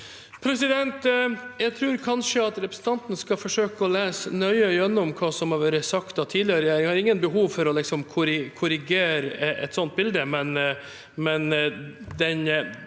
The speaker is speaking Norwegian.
Jeg tror kan- skje representanten Hansson skal forsøke å lese nøye gjennom hva som har vært sagt av tidligere regjering. Jeg har ingen behov for å korrigere et slikt bilde, men